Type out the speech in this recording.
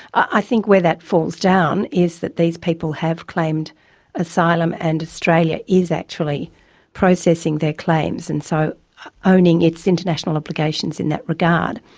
i think where that falls down is that these people have claimed asylum and australia is actually processing their claims, and so owning its international obligations in that regard.